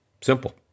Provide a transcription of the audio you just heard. Simple